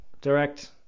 Direct